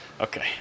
Okay